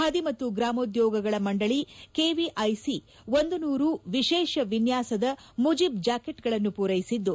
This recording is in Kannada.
ಬಾದಿ ಮತ್ತು ಗ್ರಾಮೋದ್ಲೋಗಗಳ ಮಂಡಳಿ ಕೆವಿಐಸಿ ಒಂದು ನೂರು ವಿಶೇಷ ವಿನ್ಲಾಸದ ಮುಜೀಬ್ ಜಾಕೇಟ್ಗಳನ್ನು ಪೂರೈಸಿದ್ದು